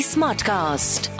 Smartcast